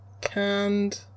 canned